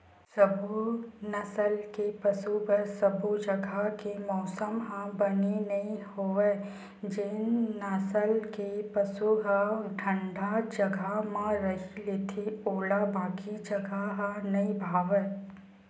सबो नसल के पसु बर सबो जघा के मउसम ह बने नइ होवय जेन नसल के पसु ह ठंडा जघा म रही लेथे ओला बाकी जघा ह नइ भावय